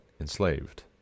enslaved